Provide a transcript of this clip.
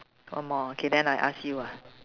one more okay then I ask you ah